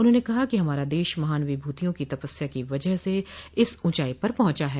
उन्होंने कहा कि हमारा देश महान विभूतियों की तपस्या की वजह से इस ऊंचाई पर पहुंचा हैं